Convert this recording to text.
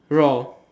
roar